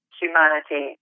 humanity